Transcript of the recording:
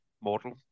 mortal